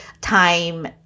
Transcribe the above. time